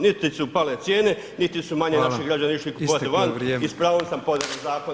Niti su pale cijene, niti su manje naši građani išli kupovati van i s pravom sam podero zakon.